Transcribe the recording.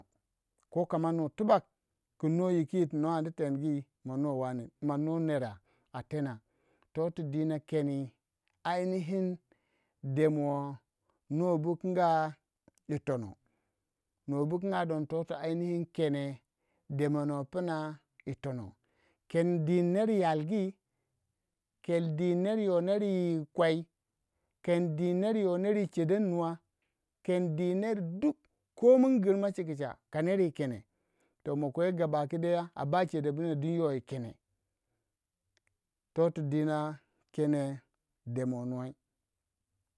Ko kama nui yitu bag yu no ondu tengu ma nuwei nera a tenah toh tu dina keni ainihi kene demoh nuwa bukunga yi tonoh nobukunga don yoh yuh ainihi kene demana pum a yitonoh hen din ner yalgiu ken din ner yoh neru yi kwei ken din neru yoh neru yi chedon nuwa ken dini ner duk komai giman kicha kaner yi kener kemi koh gaba ki daya a ba chedomna to tu dina kene, toti dina kene dimo nwei.